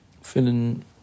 feeling